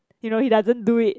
you know he doesn't do it